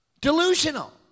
Delusional